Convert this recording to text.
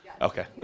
Okay